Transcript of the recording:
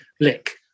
lick